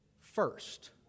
first